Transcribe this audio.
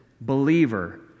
believer